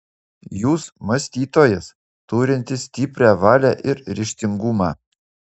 jūs mąstytojas turintis stiprią valią ir ryžtingumą